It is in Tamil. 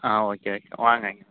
ஆ ஓகே ஓகே வாங்க இங்கே